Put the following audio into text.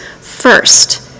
first